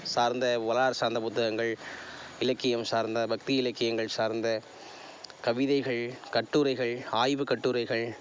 சார்ந்த ஒலாறு சார்ந்த புத்தகங்கள் இலக்கியம் சார்ந்த பக்தி இலக்கியங்கள் சார்ந்த கவிதைகள் கட்டுரைகள் ஆய்வு கட்டுரைகள்